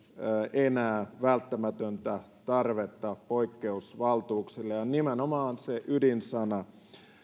enää välttämätöntä tarvetta poikkeusvaltuuksille ja nimenomaan se ydinsana